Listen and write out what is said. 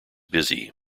busy